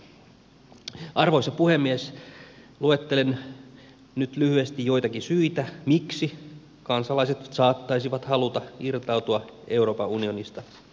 luettelen nyt lyhyesti joitakin syitä miksi kansalaiset saattaisivat haluta irtautua euroopan unionista